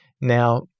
Now